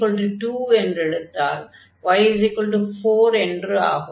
x2 என்று எடுத்துக் கொண்டால் y4 என்று ஆகும்